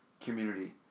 community